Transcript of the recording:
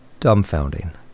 dumbfounding